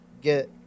get